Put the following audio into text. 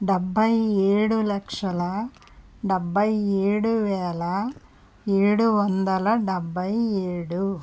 డెబ్భై ఏడు లక్షల డెబ్భై ఏడు వేల ఏడు వందల డెబ్భై ఏడు